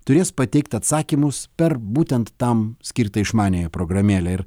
turės pateikt atsakymus per būtent tam skirtą išmaniąją programėlę ir